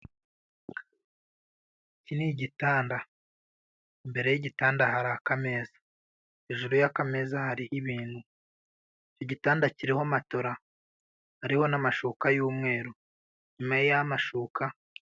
Iki ni igitanda, imbere y'igitanda hari akameza, hejuru y'akameza hari ibintu. Igitanda kiriho matela n'amashuka yumweru.